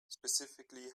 specifically